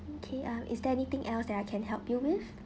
okay uh is there anything else that I can help you with